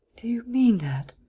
do you mean that?